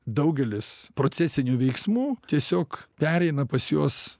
daugelis procesinių veiksmų tiesiog pereina pas juos